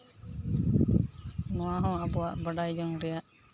ᱱᱚᱣᱟ ᱦᱚᱸ ᱟᱵᱚᱣᱟᱜ ᱵᱟᱰᱟᱭ ᱡᱚᱝ ᱨᱮᱭᱟᱜ